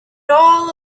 all